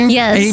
yes